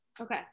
Okay